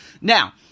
Now